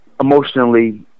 emotionally